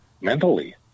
mentally